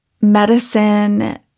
medicine